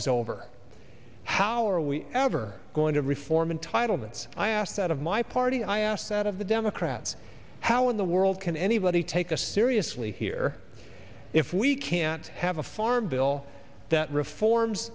is over how are we ever going to reform entitlements i asked that of my party i asked that of the democrats how in the world can anybody take us seriously here if we can't have a farm bill that reforms